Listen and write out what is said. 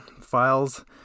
files